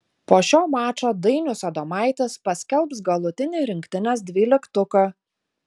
po šio mačo dainius adomaitis paskelbs galutinį rinktinės dvyliktuką